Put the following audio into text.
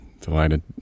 delighted